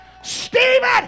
Stephen